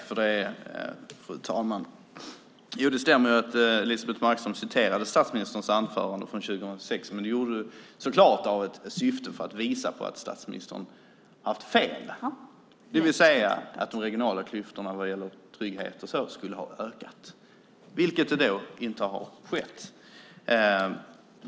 Fru talman! Det stämmer att Elisebeht Markström citerade statsministerns anförande från 2006, och det gjorde hon så klart i syfte att visa att han hade fel, det vill säga att de regionala klyftorna vad gäller trygghet och så vidare skulle ha ökat. Men så har inte skett.